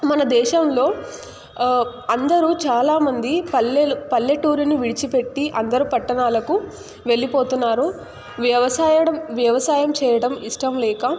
మన దేశంలో అందరూ చాలా మంది పల్లెలు పల్లెటూరుని విడిచిపెట్టి అందరు పట్టణాలకు వెళ్ళిపోతున్నారు వ్యవసాయడం వ్యవసాయం చేయడం ఇష్టం లేక